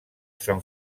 sant